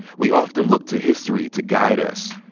we often look to history to guide us.